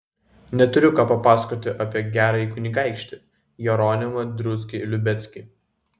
neturiu ką papasakoti apie gerąjį kunigaikštį jeronimą druckį liubeckį